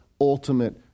ultimate